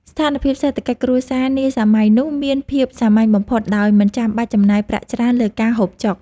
ស្ថានភាពសេដ្ឋកិច្ចគ្រួសារនាសម័យនោះមានភាពសាមញ្ញបំផុតដោយមិនចាំបាច់ចំណាយប្រាក់ច្រើនលើការហូបចុក។